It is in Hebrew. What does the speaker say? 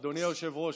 אדוני היושב-ראש,